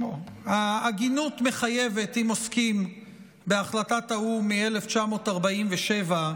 ההגינות מחייבת: אם עוסקים בהחלטת האו"ם מ-1947,